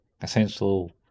essential